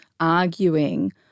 arguing